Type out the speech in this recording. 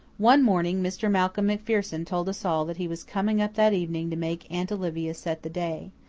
one morning mr. malcolm macpherson told us all that he was coming up that evening to make aunt olivia set the day.